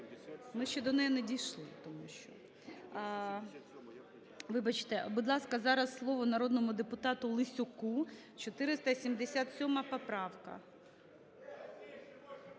Ми ще до неї не дійшли тому що. Вибачте. Будь ласка, зараз слово народному депутату Лесюку, 477 поправка.